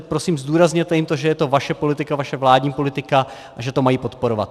Prosím, zdůrazněte jim, že je to vaše politika, vaše vládní politika, a že to mají podporovat.